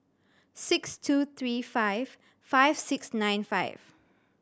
six two three five five six nine five